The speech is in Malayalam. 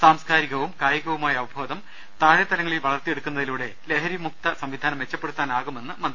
സാംസ്കാ രികവും കായികവുമായ അവബോധം താഴെ തലങ്ങളിൽ വളർത്തിയെടു ക്കുന്നതിലൂടെ ലഹരി വിമുക്ത സംവിധാനം മെച്ചപ്പെടുത്താനാകുമെന്ന് മന്ത്രി പറഞ്ഞു